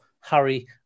Harry